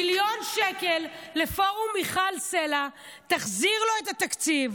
מיליון שקל לפורום מיכל סלה, תחזיר לו את התקציב